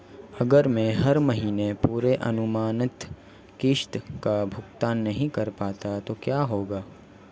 अगर मैं हर महीने पूरी अनुमानित किश्त का भुगतान नहीं कर पाता तो क्या होगा?